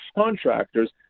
contractors